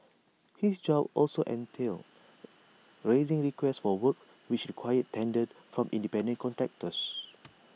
his job also entailed raising requests for works which required tenders from independent contractors